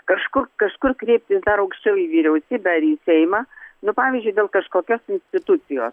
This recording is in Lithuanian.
kažkur kažkur kreiptis dar aukščiau į vyriausybę ar į seimą nu pavyzdžiui dėl kažkokios institucijos